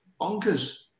Bonkers